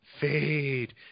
Fade